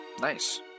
Nice